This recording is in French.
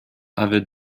avait